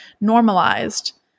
normalized